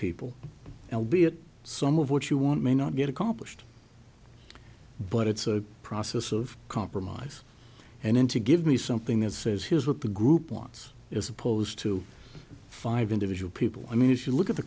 people will be at some of what you want may not get accomplished but it's a process of compromise and then to give me something that says here's what the group wants as opposed to five individual people i mean if you look at the